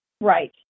right